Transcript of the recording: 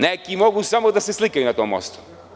Neki mogu samo da se slikaju na tom mostu.